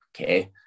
Okay